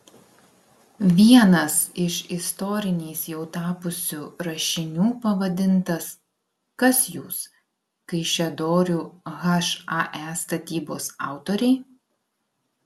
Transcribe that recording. vienas iš istoriniais jau tapusių rašinių pavadintas kas jūs kaišiadorių hae statybos autoriai